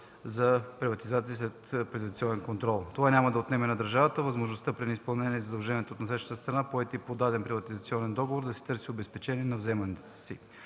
за приватизация и следприватизационен контрол. Това няма да отнеме на държавата възможността при неизпълнение на задължения от насрещната страна, поети по даден приватизационен договор, да търси обезпечение на вземанията си.